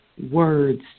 Words